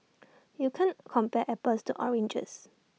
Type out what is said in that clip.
you can't compare apples to oranges